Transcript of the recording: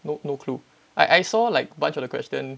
no no clue I I saw like bunch of the questions